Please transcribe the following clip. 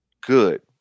good